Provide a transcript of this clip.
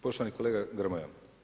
Poštovani kolega Grmoja.